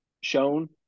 shown